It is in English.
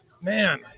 man